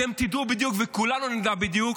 אתם תדעו בדיוק וכולנו נדע בדיוק,